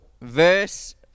verse